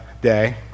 day